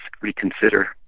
reconsider